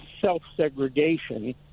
self-segregation